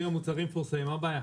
אם המוצרים מפורסמים מה הבעיה?